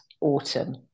autumn